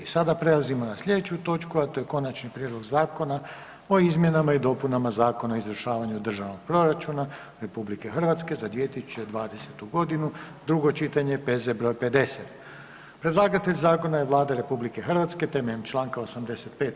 Sada prelazimo na sljedeću točku, a to je: - Konačni prijedlog Zakona o izmjenama i dopunama Zakona o izvršavanju Državnog proračuna RH za 2020. godinu, drugo čitanje, P.Z. br. 50 Predlagatelj zakona je Vlada RH na temelju čl. 85.